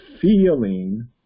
feeling